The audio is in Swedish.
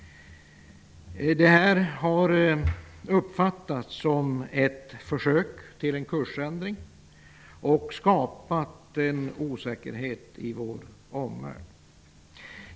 Det här har uppfattats som ett försök till en kursändring och har skapat osäkerhet i vår omvärld.